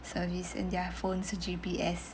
service and their phones G_P_S